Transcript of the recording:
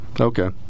Okay